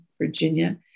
Virginia